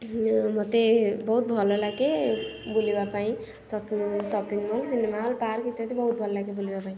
ମୋତେ ବହୁତ ଭଲ ଲାଗେ ବୁଲିବା ପାଇଁ shopping shopping mall cinema hall park ଇତ୍ୟାଦି ବହୁତ ଭଲ ଲାଗେ ବୁଲିବା ପାଇଁ